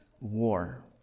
war